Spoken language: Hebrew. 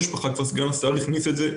סגן השר הזכיר את זה,